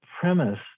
premise